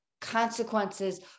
consequences